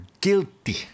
guilty